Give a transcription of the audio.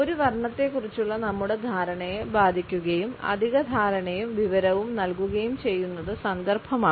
ഒരു വർണ്ണത്തെക്കുറിച്ചുള്ള നമ്മുടെ ധാരണയെ ബാധിക്കുകയും അധിക ധാരണയും വിവരവും നൽകുകയും ചെയ്യുന്നത് സന്ദർഭമാണ്